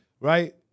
right